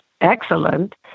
excellent